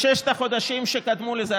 בששת החודשים שקדמו לזה,